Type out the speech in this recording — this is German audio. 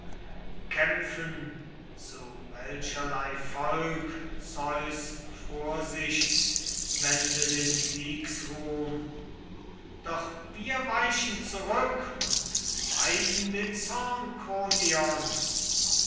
kämpfen zu welcherlei volk zeus vorsicht wende den siegsruhm doch wir weichen zurück und meiden den zorn kronions